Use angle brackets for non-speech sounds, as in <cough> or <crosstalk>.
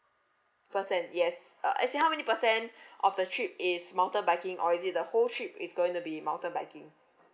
percent yes uh I see how many percent <breath> of the trip is mountain biking or is it the whole trip is going to be mountain biking